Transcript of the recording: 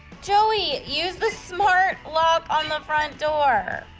joey use the smart lock on the front door.